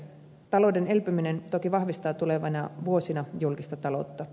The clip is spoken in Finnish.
talouden elpyminen toki vahvistaa tulevina vuosina julkista taloutta